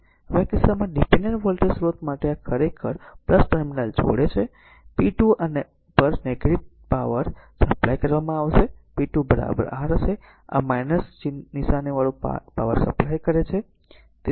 હવે આ કિસ્સામાં ડીપેનડેન્ટ વોલ્ટેજ સ્રોત માટે આ ખરેખર ટર્મિનલ છોડે છે તેથી p2 પર નેગેટિવ પાવર સપ્લાય કરવામાં આવશે અને p2 r હશે આ નિશાની વાળું પાવર સપ્લાય કરે છે